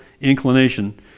inclination